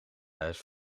thuis